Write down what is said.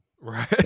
right